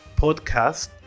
podcast